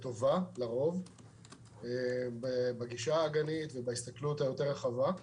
לרוב לטובה בגישה האגנית ובהסתכלות יותר רחבה.